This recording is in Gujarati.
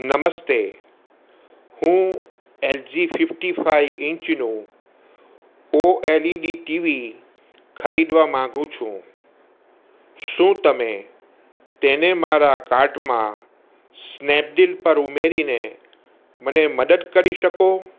નમસ્તે હું એલજી ફિફટી ફાઈવ ઇંચનું ઓ એલઇડી ટીવી ખરીદવા માંગુ છું શું તમે તેને મારા કાર્ટમાં સ્નેપડીલ પર ઉમેરીને મને મદદ કરી શકો